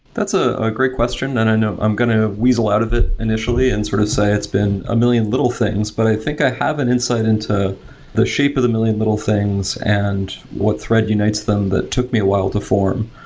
that's a a great question, and and i'm going to whistle out of it initially and sort of say it's been a million little things. but i think i have an insight into the shape of the million little things and what thread unites them that took me a while to form.